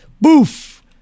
boof